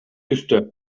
түстө